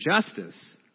justice